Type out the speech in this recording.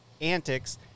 antics